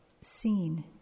seen